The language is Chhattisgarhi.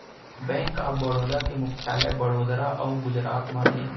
बेंक ऑफ बड़ौदा के मुख्यालय बड़ोदरा अउ गुजरात म हे